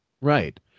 Right